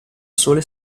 sole